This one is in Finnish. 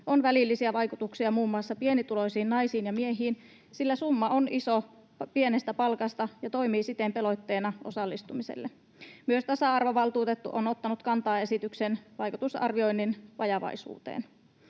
on välillisiä vaikutuksia muun muassa pienituloisiin naisiin ja miehiin, sillä summa on iso pienestä palkasta ja toimii siten pelotteena osallistumiselle. Myös tasa-arvovaltuutettu on ottanut kantaa esityksen vaikutusarvioinnin vajavaisuuteen.